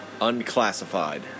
Unclassified